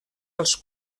als